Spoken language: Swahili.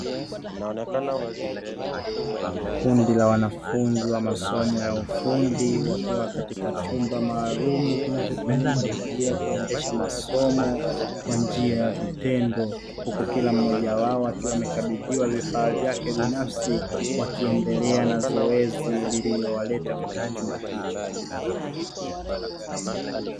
Kundi la wanafunzi wa masomo ya ufundi wakiwa katika chumba maalumu kinachotumika kwa ajili ya kuendesha masomo kwa njia ya vitendo huku kila mmoja wao akiwa amekabidhiwa vifaa vyake binafsi, wakiendelea na zoezi lililowaleta katika chumba hicho.